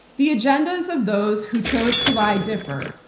the agendas of those who chose to lie differ.